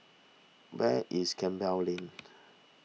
where is Campbell Lane